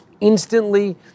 instantly